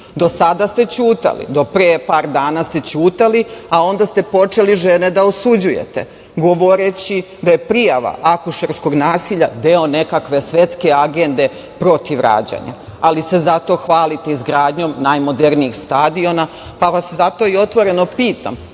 Do sada ste ćutali, do pre par dana ste ćutali, a onda ste počeli žene da osuđujete, govoreći da je prijava akušerskog nasilja deo nekakve svetske agende protiv rađanja. Zato se hvalite izgradnjom najmodernijeg stadiona. Zato vas otvoreno pitam,